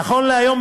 --- נכון להיום,